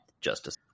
Justice